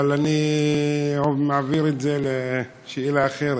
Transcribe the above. אבל אני מעביר את זה לשאלה אחרת.